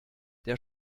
der